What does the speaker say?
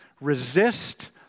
resist